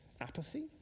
apathy